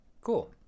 cool